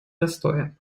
застоем